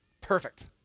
perfect